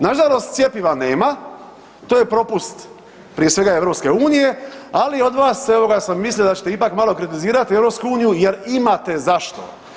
Nažalost cjepiva nema, to je propust prije svega EU, ali i od vas evo ga sam mislio da ćete ipak malo kritizirati EU jer imate zašto.